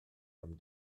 from